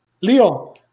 Leo